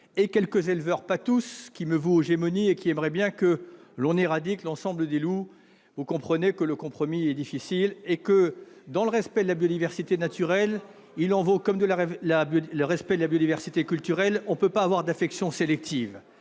et quelques éleveurs- pas tous ! -qui me vouent aux gémonies et aimeraient que l'on éradique l'ensemble des loups, vous comprendrez que le compromis est compliqué. Il en va du respect de la biodiversité naturelle comme du respect de la diversité culturelle : on ne peut avoir d'affection sélective.